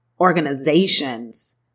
organizations